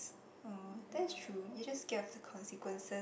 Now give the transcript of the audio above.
oh that's true you just get of the consequences